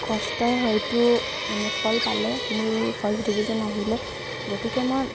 কষ্টই হয়তো মানে ফল পালে মোৰ ফাৰ্ষ্ট ডিভিজন আহিলে গতিকে মই